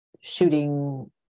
shooting